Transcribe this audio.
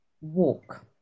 walk